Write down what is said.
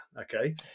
Okay